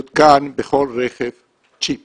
יותקן בכל רכב צ'יפ